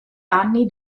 anni